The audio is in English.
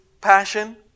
passion